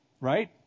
right